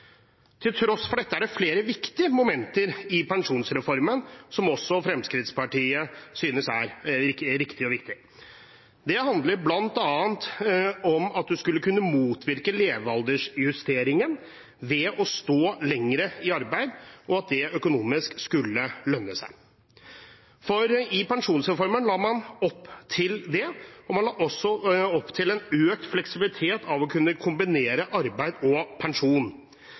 Til tross for dette er det flere viktige momenter i pensjonsreformen som også Fremskrittspartiet synes er riktige og viktige. Det handler bl.a. om at man skal kunne motvirke levealdersjusteringen ved å stå lenger i arbeid, og at det økonomisk skal lønne seg, for i pensjonsreformen la man opp til det, og man la også opp til en økt fleksibilitet ved å kunne kombinere arbeid og pensjon.